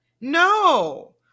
No